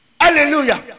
hallelujah